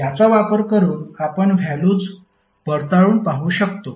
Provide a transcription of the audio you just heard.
याचा वापर करून आपण व्हॅल्युज पडताळून पाहू शकतो